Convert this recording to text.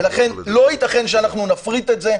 לכן לא ייתכן שאנחנו נפריט את זה.